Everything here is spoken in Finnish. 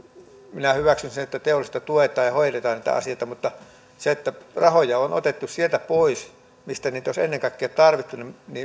minä hyväksyn sen että teollisuutta tuetaan ja hoidetaan näitä asioita mutta se että rahoja on otettu sieltä pois missä niitä olisi ennen kaikkea tarvittu